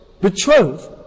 betrothed